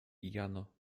jano